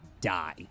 die